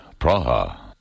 Praha